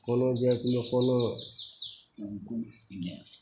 कोनो जातिमे कोनो